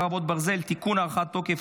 חרבות ברזל) (תיקון) (הארכת תוקף),